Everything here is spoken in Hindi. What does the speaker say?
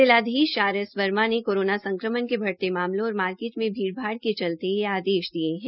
जिलाधीश आर एस वर्मा ने कोरोना के बढ़ते मामलों और मार्किट में भीड़भाड़ के चलते यह आदेश दिये है